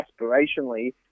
aspirationally